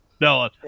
No